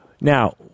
Now